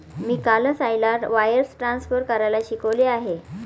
मी कालच आईला wires transfer करायला शिकवले आहे